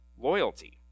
loyalty